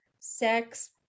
sex